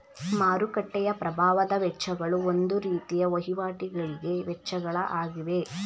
ಮಾರುಕಟ್ಟೆಯ ಪ್ರಭಾವದ ವೆಚ್ಚಗಳು ಒಂದು ರೀತಿಯ ವಹಿವಾಟಿಗಳಿಗೆ ವೆಚ್ಚಗಳ ಆಗಿವೆ